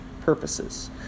purposes